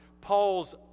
Paul's